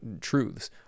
truths